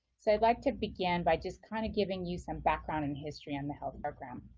so i'd like to begin by just kind of giving you some background and history on the health program.